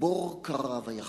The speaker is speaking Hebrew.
"בור כרה ויחפרהו".